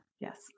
Yes